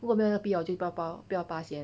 如果没有那个必要我就不要拔 lor 不要拔先